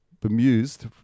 bemused